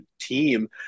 team